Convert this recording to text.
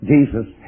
Jesus